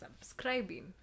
subscribing